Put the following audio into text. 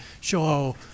show